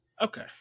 Okay